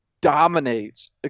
dominates